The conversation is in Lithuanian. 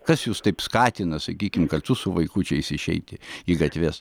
kas jus taip skatina sakykim kartu su vaikučiais išeiti į gatves